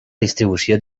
distribució